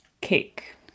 Cake